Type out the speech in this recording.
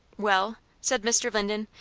well, said mr. linden,